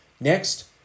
Next